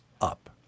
up